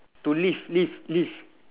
to live live live